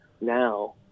now